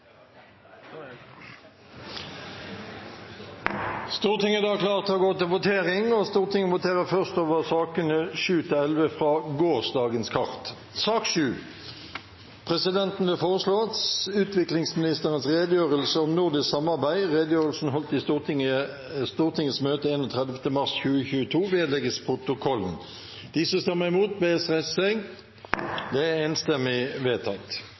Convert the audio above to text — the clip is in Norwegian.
da klar til å gå til votering. Vi voterer først over sakene nr. 7–11 på gårsdagens kart. Presidenten vil foreslå at utviklingsministerens redegjørelse om nordisk samarbeid, som ble holdt i Stortingets møte 31. mars 2022, vedlegges protokollen. – Det anses vedtatt.